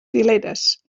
fileres